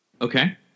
Okay